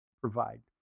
provide